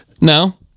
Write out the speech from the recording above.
No